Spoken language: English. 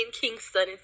kingston